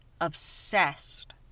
obsessed